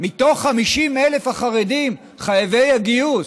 מתוך 50,000 החרדים חייבי הגיוס,